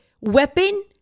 Weapon